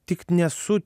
tik nesu